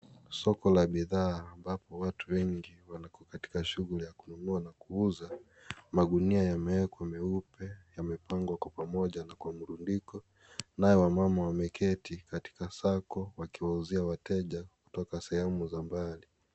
Soko la bidhaa ambapo watu wengi wako katika shughuli ya kununua na kuuza . Magunia yamewekwa meupe yamepangwa kwa pamoja kwa mburudiko . Nao wamama wameketi katika circle wakiwaulizia wateja kutoka sehemu za mbali.